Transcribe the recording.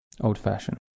old-fashioned